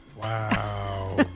Wow